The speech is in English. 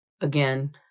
again